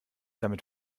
damit